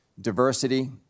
diversity